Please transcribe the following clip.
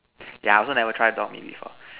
yeah I also never try dog meat before